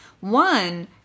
One